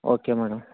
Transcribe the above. okay madam